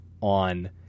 on